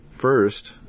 first